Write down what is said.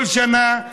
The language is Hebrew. כל שנה,